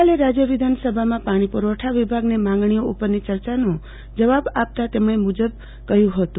ગઈકાલે રાજય વિધાનસભામાં પાણી પુરવઠા વિભાગની માગણીઓ ઉપરની ચર્ચાનો જવાબ આપતાં તેમણે આ મુજબ કહ્યું હતું